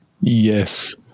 Yes